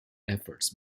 efforts